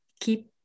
keep